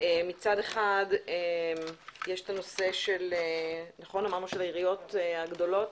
שמצד אחד יש את הנושא של העיריות הגדולות.